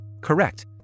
correct